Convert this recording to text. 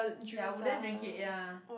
ya I wouldn't drink it ya